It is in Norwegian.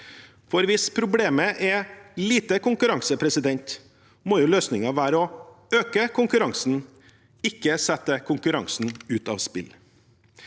for hvis problemet er lite konkurranse, må løsningen være å øke konkurransen, ikke sette konkurransen ut av spill.